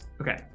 Okay